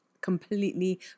Completely